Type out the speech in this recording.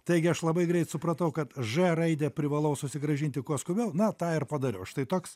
taigi aš labai greit supratau kad ž raidę privalau susigrąžinti kuo skubiau na tą ir padariau štai toks